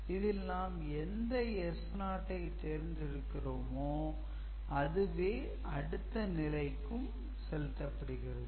இதில் நாம் எந்த S0 ஐ தேர்ந்தெடுக்கிறோமோ அதுவே அடுத்த நிலைக்கு செலுத்தப் படுகிறது